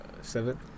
Seven